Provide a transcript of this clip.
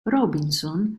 robinson